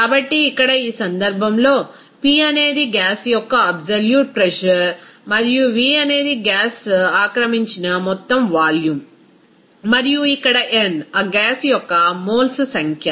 కాబట్టి ఇక్కడ ఈ సందర్భంలో P అనేది గ్యాస్ యొక్క అబ్సొల్యూట్ ప్రెజర్ మరియు V అనేది గ్యాస్ ఆక్రమించిన మొత్తం వాల్యూమ్ మరియు ఇక్కడ n ఆ గ్యాస్ యొక్క మోల్స్ సంఖ్య